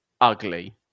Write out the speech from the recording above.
ugly